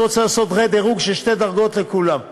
אני רוצה לעשות רה-דירוג של שתי דרגות לכולם.